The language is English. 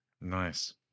nice